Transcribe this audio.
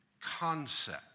concept